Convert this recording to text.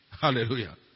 Hallelujah